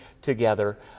together